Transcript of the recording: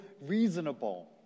reasonable